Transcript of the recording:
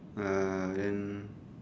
ah then